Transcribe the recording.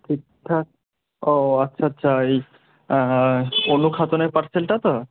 ঠিকঠাক ও আচ্ছা আচ্ছা এই অনু খাতনের পার্সেলটা তো